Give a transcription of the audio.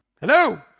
Hello